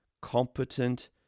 competent